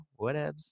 whatevs